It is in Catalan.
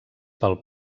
pel